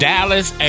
Dallas